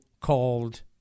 called